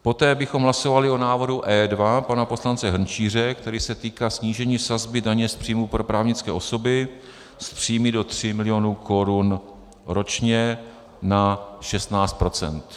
Poté bychom hlasovali o návrhu E2 pana poslance Hrnčíře, který se týká snížení sazby daně z příjmů pro právnické osoby s příjmy do 3 mil. Kč ročně na 16 procent.